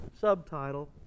subtitle